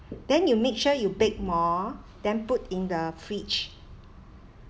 then you make sure you bake more then put in the fridge